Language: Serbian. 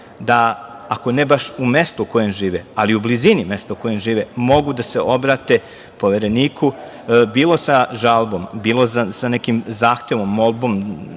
da, ako ne baš u mestu u kojem žive, ali u blizini mesta u kojem žive, mogu da se obrate Povereniku, bilo sa žalbom, bilo sa nekim zahtevom, molbom,